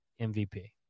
MVP